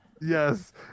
Yes